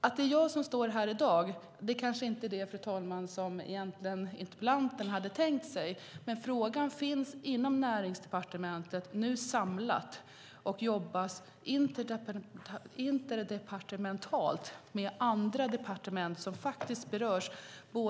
Att det är jag som står här i dag kanske inte, fru talman, är det som interpellanten egentligen hade tänkt sig, men frågan finns samlad inom Näringsdepartementet och jobbas med interdepartementalt, alltså med andra departement som faktiskt berörs.